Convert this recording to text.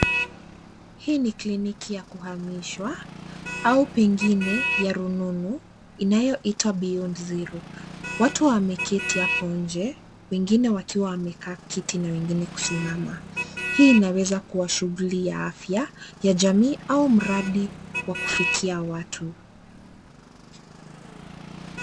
Hii ni kliniki ya kuhamishwa au pengine ya rununu inayoitwa Beyond Zero. Watu wameketi hapo inje wengine wakiwa wamekaa kiti na wengine kusimama. Hii inaweza kuwa shughuli ya afya ya jamii au mradi wa kufikia watu.